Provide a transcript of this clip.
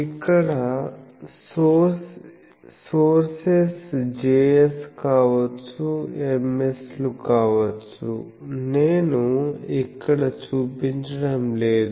ఇక్కడ sources Js కావచ్చుMs లు కావచ్చు నేను ఇక్కడ చూపించడం లేదు